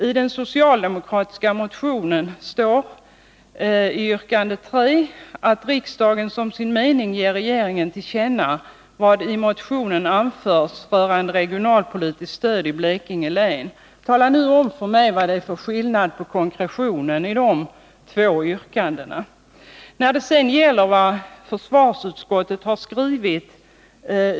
I den socialdemokratiska motionen hemställs i yrkande 3 att riksdagen ”som sin mening ger regeringen till känna vad i motionen anförs rörande Tala nu om för mig vad det är för skillnad på det konkreta i dessa båda yrkanden!